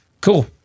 Cool